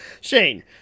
Shane